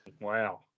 Wow